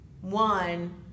one